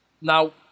Now